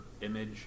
image